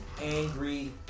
angry